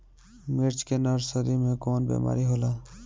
मिर्च के नर्सरी मे कवन बीमारी होला?